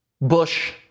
Bush